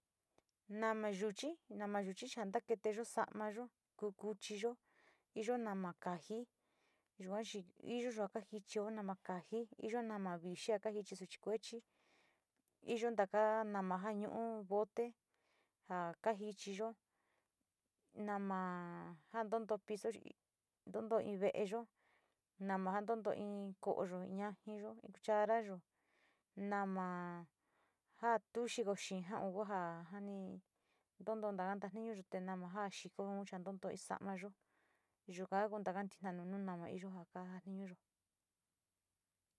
Nama yuchi, nama yuchi ja nta keeteyo samaayo, ku kuchiyo, iyo nama kaji, yua chi iyo ja kajichiyo ji nama kaji, iyo nama vixri ja ka jichti sachí kuechi, iyo taka nama jaa nuo bote, ja kajichiyo, nama jaa ntontod piso, ntontoro in veleyo, nama ja ntontoo in kouyo, in yaayiyo, in charayo, nama ja to xito xee jaru ja ntun too taka tatinuyo, te nama ja´a xikoun chi a ntutoo sa´amayo yuka kaku taka nu nama ja iyo kaja tiñuyo.